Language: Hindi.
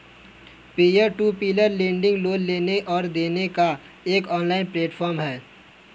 peer to peer lending loan लेने और देने का एक ऑनलाइन प्लेटफ़ॉर्म है